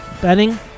Betting